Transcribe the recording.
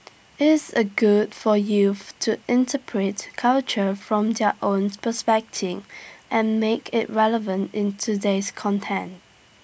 IT is A good for youth to interpret culture from their own and make IT relevant in today's content